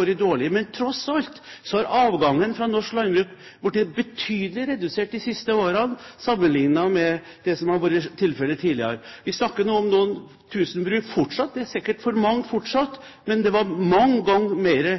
vært dårlig, men tross alt: Avgangen i norsk landbruk har blitt betydelig redusert de siste årene, sammenlignet med det som har vært tilfellet tidligere. Vi snakker om noen tusen bruk. Fortsatt er det sikkert for mange, men det var mange ganger flere